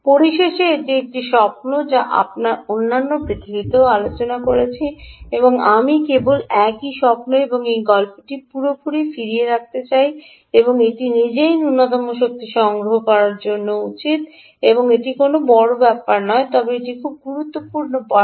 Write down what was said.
পরিশেষে এটি একটি স্বপ্ন যা আমরা অন্যান্য স্থানও আলোচনা করেছি আমি কেবল একই স্বপ্ন এবং একই গল্পটি পুরোপুরি ফিরিয়ে রাখতে চাই এটি নিজেই ন্যূনতম শক্তি গ্রহণকারী হওয়া উচিত এটি কোনও বড় ব্যাপার নয় তবে এটি খুব খুব গুরুত্বপূর্ণ পয়েন্ট